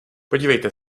podívejte